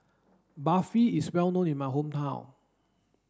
Barfi is well known in my hometown